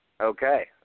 Okay